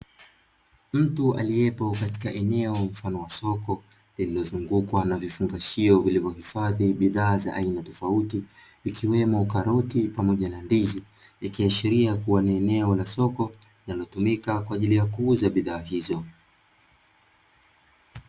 Mtu aliyepo katika eneo mfano wa soko lililozungukwa na vifungashio vilivyohifadhi bidhaa za aina tofauti, ikiwemo karoti pamoja na ndizi, ikiashiria kuwa ni eneo la soko linalotumika kwa ajili ya kuuza bidhaa hizo.